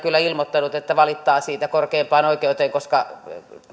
kyllä ilmoittanut että valittaa siitä korkeimpaan oikeuteen koska